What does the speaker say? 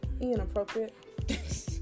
Inappropriate